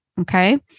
Okay